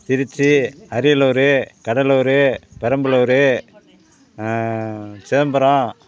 Trichy Ariyalur Cuddalore Perambalur Chidambaram